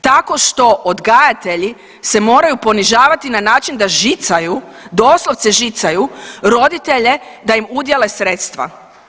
Tako što odgajatelji se moraju ponižavati na način da žicaju, doslovce žicaju roditelje da im udjele sredstva.